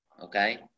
Okay